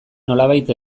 nolabait